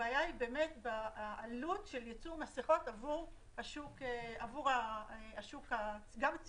הבעיה היא בעלות של ייצור מסכות גם עבור השוק הציבורי